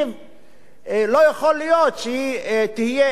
לא יכול להיות שהיא תהיה, היא יותר זולה,